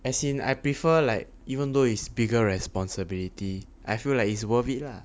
as in I prefer like even though is bigger responsibility I feel like it's worth it lah